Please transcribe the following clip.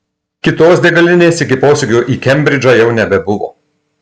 kitos degalinės iki posūkio į kembridžą jau nebebuvo